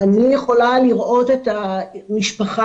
אני יכולה לראות את המשפחה